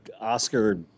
Oscar